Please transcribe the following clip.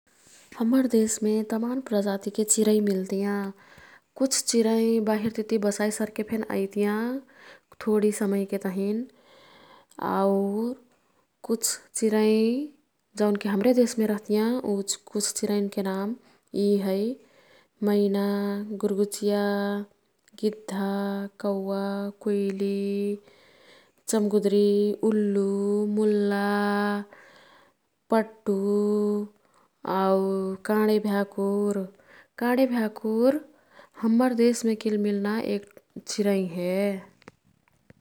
हम्मर देशमे तमान प्रजातिके चिरै मिल्तियाँ। कुछ चिरै बहिरतिती बसाई सरके फेन अइतियाँ थोडी समयके तहिन। आऊ कुछ चिरै जौनकी हाम्रे देशमे रह्तियाँ। ऊ कुछ चिरैनके नाम यी है। मैना, गुर्गुचिया, गिद्धा, कौवा, कुइली, चमगुदरी, उल्लु, मुल्ला, पट्टु आऊ काँडे भ्याकुर। काँडे भ्याकुर हम्मर देशमे किल मिल्ना एक चिरै हे।